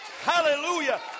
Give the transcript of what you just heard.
Hallelujah